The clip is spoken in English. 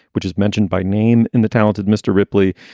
which is mentioned by name in the talented mr. ripley.